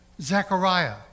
Zechariah